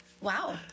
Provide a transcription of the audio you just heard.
Wow